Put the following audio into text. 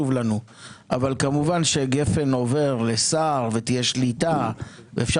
כמובן שגפן עובר לשר ותהיה שליטה ואפשר